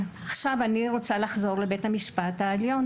אני רוצה לחזור לבית המשפט העליון.